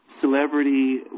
celebrity